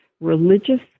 religious